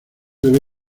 debe